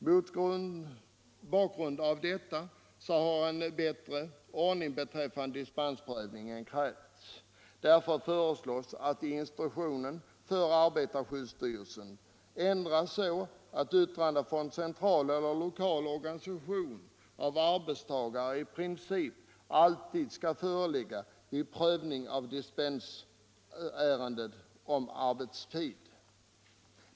Mot bakgrund av detta har en bättre ordning beträffande dispensprövningen krävts. Därför föreslås att instruktionen för arbetarskyddsstyrelsen ändras, så att yttrande från central eller lokal organisation av arbetstagare i princip alltid skall föreligga vid prövningar av dispensärenden om arbetstiden.